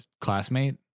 classmate